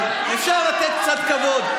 אבל אפשר לתת קצת כבוד.